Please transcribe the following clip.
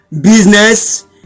business